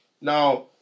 Now